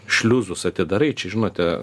šliuzus atidarai čia žinote